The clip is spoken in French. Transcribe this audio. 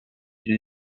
une